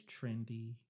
trendy